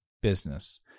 business